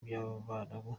by’abarabu